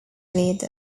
veda